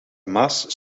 maas